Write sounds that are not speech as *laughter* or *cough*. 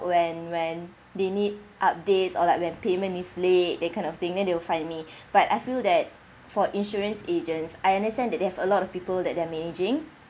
when when they need updates or like when payment is late that kind of thing then they will find me *breath* but I feel that for insurance agents I understand that they have a lot of people that they are agenting